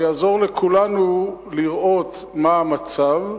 זה יעזור לכולנו לראות מה המצב,